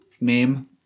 meme